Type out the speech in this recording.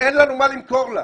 אין לנו מה למכור לה.